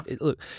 Look